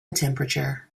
temperature